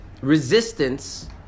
resistance